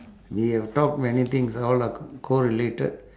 we have talk many things all are c~ co-related